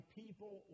people